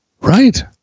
Right